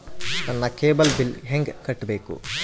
ನನ್ನ cable bill ಹೆಂಗ ಕಟ್ಟಬೇಕು?